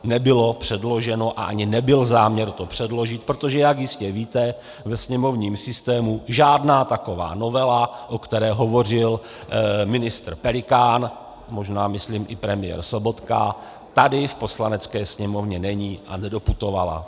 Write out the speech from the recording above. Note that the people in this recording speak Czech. Nebylo předloženo a ani nebyl záměr to předložit, protože jak jistě víte, ve sněmovním systému žádná taková novela, o které hovořil ministr Pelikán, možná myslím i premiér Sobotka, tady v Poslanecké sněmovně není a nedoputovala.